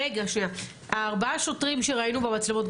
ארבעה השוטרים שראינו במצלמות,